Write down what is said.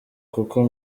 kuko